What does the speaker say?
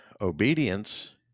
obedience